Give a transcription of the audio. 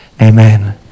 amen